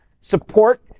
support